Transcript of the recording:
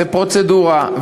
זו פרוצדורה.